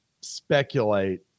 speculate